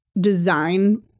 design